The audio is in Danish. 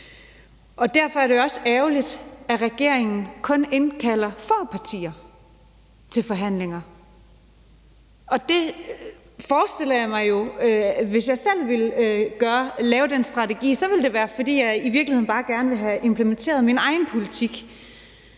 Derfor er det jo også ærgerligt, at regeringen kun indkalder få partier til forhandlinger. Jeg forestiller jeg mig jo, at hvis jeg selv lavede den strategi, ville det være, fordi jeg i virkeligheden bare gerne ville have implementeret min egen politik,